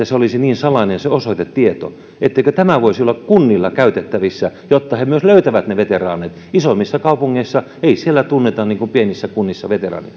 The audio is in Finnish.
se osoitetieto olisi niin salainen tieto etteikö tämä voisi olla kunnilla käytettävissä jotta ne myös löytävät ne veteraanit isoimmissa kaupungeissa ei tunneta niin kuin pienissä kunnissa veteraaneja